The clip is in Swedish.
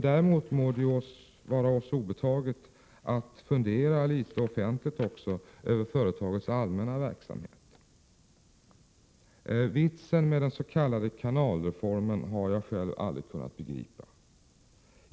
Däremot må det vara oss obetaget att fundera litet offentligt också över företagets allmänna verksamhet. Vitsen med den s.k. kanalreformen har jag själv aldrig kunnat begripa.